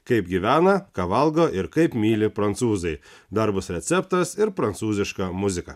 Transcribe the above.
kaip gyvena ką valgo ir kaip myli prancūzai darbus receptas ir prancūziška muzika